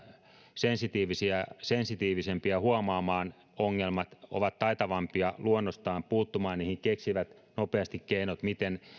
sensitiivisempiä sensitiivisempiä huomaamaan ongelmat ovat taitavampia luonnostaan puuttumaan niihin keksivät nopeasti keinot miten